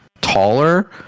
taller